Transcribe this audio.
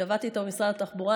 שעבדתי איתו במשרד התחבורה.